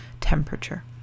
temperature